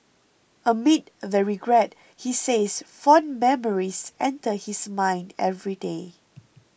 amid the regret he says fond memories enter his mind every day